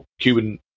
Cuban